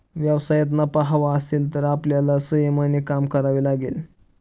व्यवसायात नफा हवा असेल तर आपल्याला संयमाने काम करावे लागेल